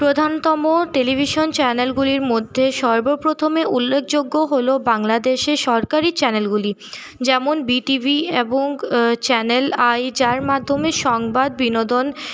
প্রধানতম টেলিভিশন চ্যানেলগুলির মধ্যে সর্বপ্রথমে উল্লেখযোগ্য হল বাংলাদেশে সরকারি চ্যানেলগুলি যেমন বি টি ভি এবং চ্যানেল আই যার মাধ্যমে সংবাদ বিনোদন